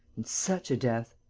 and such a death.